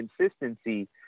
consistency